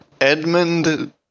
Edmund